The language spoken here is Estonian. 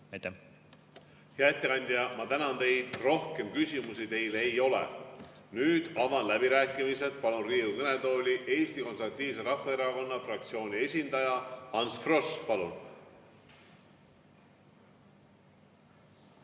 Hea ettekandja, ma tänan teid! Rohkem küsimusi teile ei ole. Nüüd avan läbirääkimised ja palun Riigikogu kõnetooli Eesti Konservatiivse Rahvaerakonna fraktsiooni esindaja Ants Froschi. Palun!